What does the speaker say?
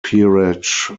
peerage